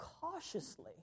cautiously